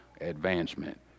advancement